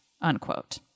unquote